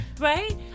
Right